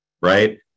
right